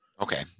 Okay